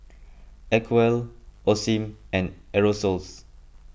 Acwell Osim and Aerosoles